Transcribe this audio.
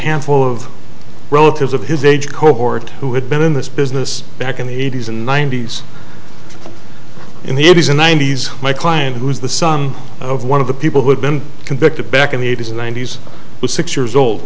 handful of relatives of his age cohort who had been in this business back in the eighty's and ninety's in the eighty's and ninety's my client who's the son of one of the people who had been convicted back in the eighty's and ninety's was six years old